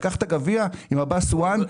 לקחת גביע עם עבאס סואן,